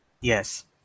Yes